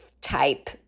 type